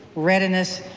readiness,